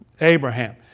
Abraham